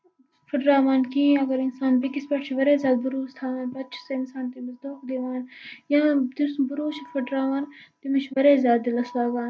پھٹراوان کِہینۍ اَگر اِنسان بیٚکِس پٮ۪ٹھ چھُ واریاہ زیادٕ بروٗسہٕ تھاوان پَتہٕ چھُ اِنسان تٔمِس دونکھٕ دِوان یا تٔمۍ سُند بَروسہٕ چھُ پھٹراوان تٔمِس چھُ واریاہ زیادٕ دِلس لگان تہٕ